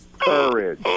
Courage